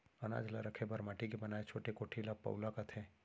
अनाज ल रखे बर माटी के बनाए छोटे कोठी ल पउला कथें